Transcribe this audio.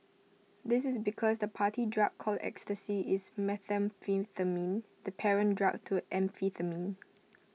this is because the party drug called ecstasy is methamphetamine the parent drug to amphetamine